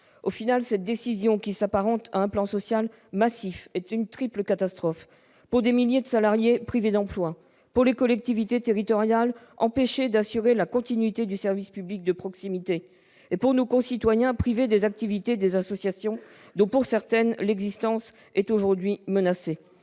Au final, cette décision, qui s'apparente à un plan social massif, est une triple catastrophe : pour des milliers de salariés privés d'emploi, pour les collectivités territoriales empêchées d'assurer la continuité du service public de proximité, pour nos concitoyens privés des activités des associations, dont l'existence est aujourd'hui menacée.